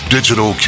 Digital